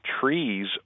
trees